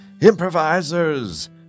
improvisers